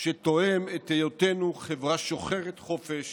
שתואם את היותנו חברה שוחרת חופש